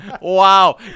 Wow